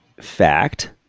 fact